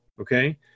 okay